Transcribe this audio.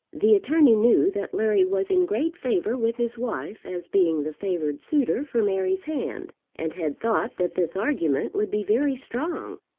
the attorney knew that larry was in great favour with his wife as being the favoured suitor for mary's hand, and had thought that this argument would be very strong.